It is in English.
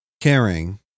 caring